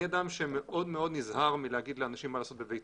אני אדם שנזהר מאוד מלהגיד לאנשים מה לעשות בביתם.